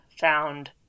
found